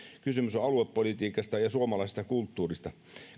kysymys on aluepolitiikasta ja suomalaisesta kulttuurista